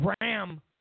Ram